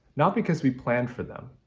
not because we planned for them.